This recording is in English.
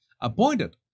appointed